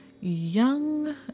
young